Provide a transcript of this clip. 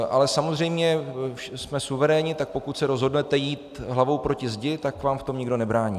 Ale samozřejmě jsme suverénní, tak pokud se rozhodnete jít hlavou proti zdi, tak vám v tom nikdo nebrání.